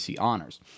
honors